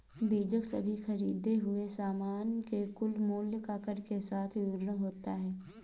बीजक सभी खरीदें हुए सामान के कुल मूल्य का कर के साथ विवरण होता है